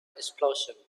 explosion